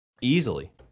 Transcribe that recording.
Easily